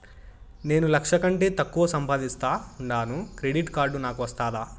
నేను లక్ష కంటే తక్కువ సంపాదిస్తా ఉండాను క్రెడిట్ కార్డు నాకు వస్తాదా